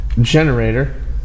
generator